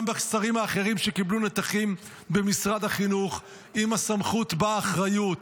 גם משרים האחרים שקיבלו נתחים במשרד החינוך: עם הסמכות באה האחריות,